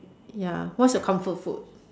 ya what's your comfort food